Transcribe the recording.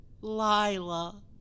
Lila